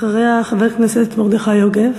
אחריה, חבר הכנסת מרדכי יוגב.